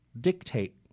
dictate